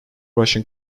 russian